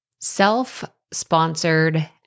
Self-sponsored